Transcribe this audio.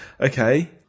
Okay